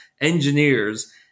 engineers